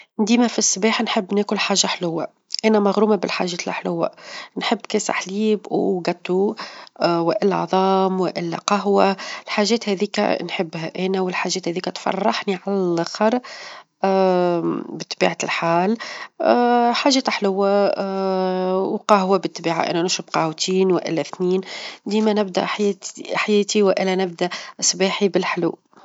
ديما فالصباح نحب ناكل حاجة حلوة، أنا مغرومة بالحاجات الحلوة، نحب كاس حليب، وجاتو ،والعظام، والقهوة، الحاجات هاذيكا نحبها أنا والحاجات هاذيكا تفرحني على اللخر، بطبيعة الحال حاجات حلوة وقهوة بطبيعة إنه نشرب قهوتين، والا إثنين، ديما نبدأ -حيت- حياتي وأنا نبدأ صباحي بالحلو.